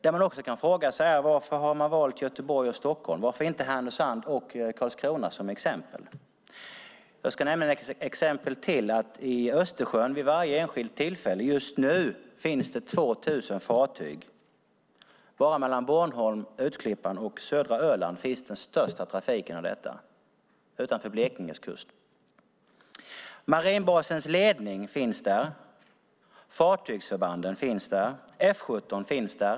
Man kan också fråga sig varför man har valt Göteborg och Stockholm och inte Härnösand och Karlskrona som exempel. Jag ska nämna ett exempel till. Vid varje enskilt tillfälle, just nu, finns det 2 000 fartyg i Östersjön. Mellan Bornholm, Utklippan och södra Öland finns den största trafiken, det vill säga utanför Blekinges kust. Marinbasens ledning finns där, fartygsförbanden finns där och F 17 finns där.